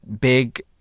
big